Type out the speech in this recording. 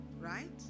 right